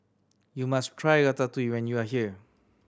you must try Ratatouille when you are here